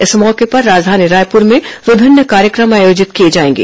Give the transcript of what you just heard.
इस मौके पर राजधानी रायपुर में विभिन्न कार्यक्रम आयोजित किए जाएंगे